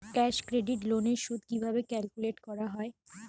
Cash credit loan এর সুদ কিভাবে ক্যালকুলেট করা হয়?